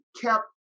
kept